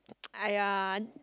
!aiya!